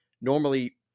normally –